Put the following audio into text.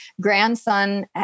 grandson